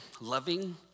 loving